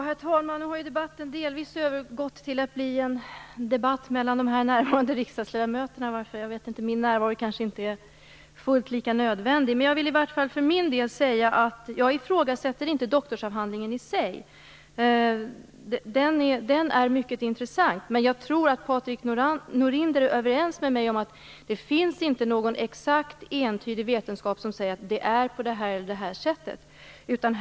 Herr talman! Debatten har delvis övergått till att utspelas mellan de här närvarande riksdagsledamöterna, varför mitt deltagande kanske inte är fullt lika nödvändigt. Jag vill i alla fall för min del säga att jag inte ifrågasätter doktorsavhandlingen i sig - den är mycket intressant - men att jag tror att Patrik Norinder är överens med mig om att det inte finns någon exakt entydig vetenskap som säger att det är på något visst sätt.